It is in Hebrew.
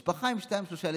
משפחה עם שניים-שלושה ילדים,